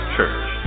Church